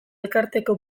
elkarteko